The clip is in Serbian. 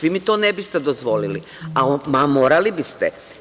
Vi mi to ne biste dozvolili, a morali biste.